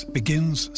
begins